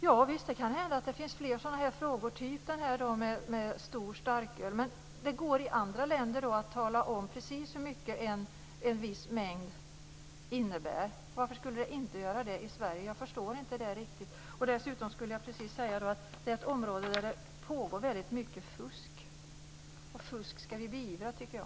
Javisst, det kan hända att det finns fler frågor, typ den om stor starköl, men i andra länder går det att tala om precis hur mycket en viss mängd är. Varför skulle det då inte gå att göra det i Sverige? Det förstår jag inte riktigt. Det är ett område där det pågår väldigt mycket fusk, och fusk ska vi beivra, tycker jag.